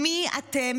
מי אתם?